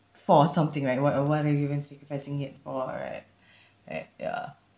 for something right what uh what are you even sacrificing it for right right ya